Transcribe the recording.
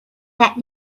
that